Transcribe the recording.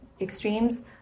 extremes